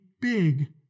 big